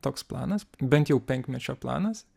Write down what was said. toks planas bent jau penkmečio planas